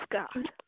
God